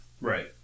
Right